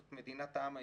זאת מדינת העם היהודי.